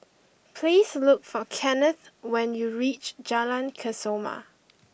please look for Kennith when you reach Jalan Kesoma